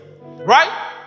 right